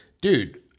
Dude